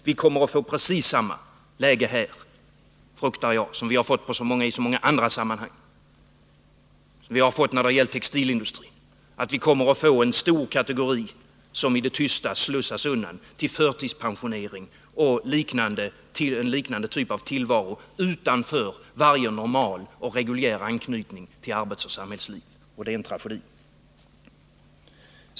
Jag fruktar att vi här kommer att få Om den framtida precis samma läge som vi har fått i så många sammanhang, t.ex. i sysselsättningen textilindustrin. Vi kommer att få en stor kategori som i det tysta slussas undan för anställda vid till förtidspensionering och till en liknande typ av tillvaro utanför varje Tretorn AB normal och reguljär anknytning till arbetsoch samhällsliv. Detta är en tragedi.